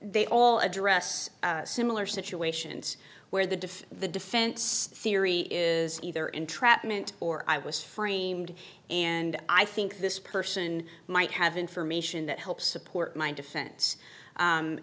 they all address similar situations where the diff the defense theory is either entrapment or i was framed and i think this person might have information that helps support my defense